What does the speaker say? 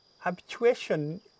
Habituation